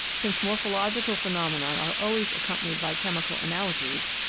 since morphological phenomena are always accom panied by chemical analogies,